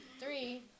Three